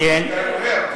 אתה נוהר.